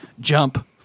Jump